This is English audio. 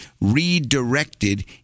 redirected